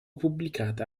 pubblicata